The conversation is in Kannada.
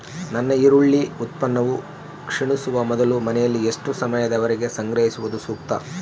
ನನ್ನ ಈರುಳ್ಳಿ ಉತ್ಪನ್ನವು ಕ್ಷೇಣಿಸುವ ಮೊದಲು ಮನೆಯಲ್ಲಿ ಎಷ್ಟು ಸಮಯದವರೆಗೆ ಸಂಗ್ರಹಿಸುವುದು ಸೂಕ್ತ?